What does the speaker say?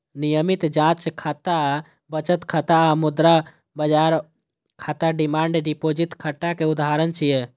नियमित जांच खाता, बचत खाता आ मुद्रा बाजार खाता डिमांड डिपोजिट खाता के उदाहरण छियै